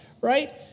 right